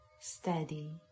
steady